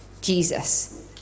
Jesus